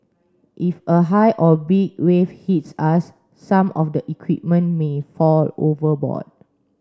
if a high or big wave hits us some of the equipment may fall overboard